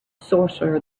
sorcerer